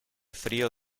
frío